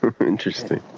Interesting